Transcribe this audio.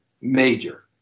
Major